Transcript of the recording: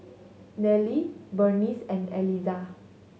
Nelie Burnice and Elizah